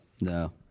No